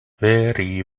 very